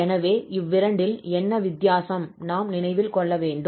எனவே இவ்விரண்டில் என்ன வித்தியாசம் நாம் நினைவில் கொள்ள வேண்டும்